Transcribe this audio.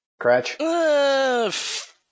Cratch